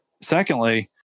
Secondly